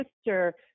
sister